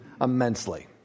immensely